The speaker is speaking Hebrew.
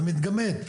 זה מתגמד,